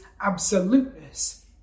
absoluteness